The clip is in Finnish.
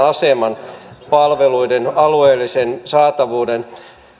aseman palveluiden alueellisen saatavuuden